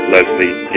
Leslie